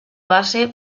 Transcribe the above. base